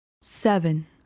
seven